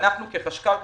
אנחנו כחשכ"ל,